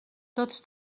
tots